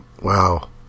wow